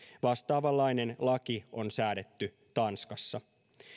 vastaavanlainen laki on säädetty tanskassa